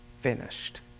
finished